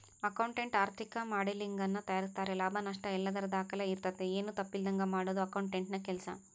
accountant ಆರ್ಥಿಕ ಮಾಡೆಲಿಂಗನ್ನ ತಯಾರಿಸ್ತಾರೆ ಲಾಭ ನಷ್ಟಯಲ್ಲದರ ದಾಖಲೆ ಇರ್ತತೆ, ಏನು ತಪ್ಪಿಲ್ಲದಂಗ ಮಾಡದು ಅಕೌಂಟೆಂಟ್ನ ಕೆಲ್ಸ